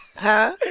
huh?